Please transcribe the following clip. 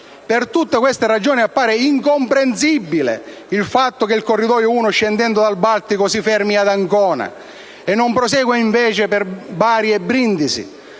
per queste ragioni appare incomprensibile il fatto che il corridoio n. 1, scendendo dal Baltico, si fermi ad Ancona e non prosegua per Bari-Brindisi.